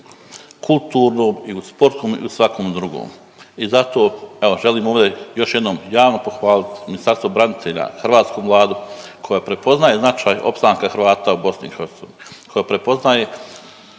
kulturnom i u sportskom i u svakom drugom i zato evo, želim ovdje još jednom javno pohvaliti Ministarstvo branitelja, hrvatsku Vladu koja prepoznaje značaj opstanka Hrvata u BiH, koja prepoznaje